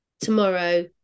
tomorrow